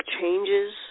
changes